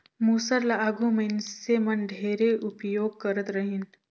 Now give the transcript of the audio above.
मूसर ल आघु मइनसे मन ढेरे उपियोग करत रहिन